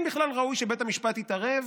אם בכלל ראוי שבית המשפט יתערב